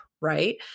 right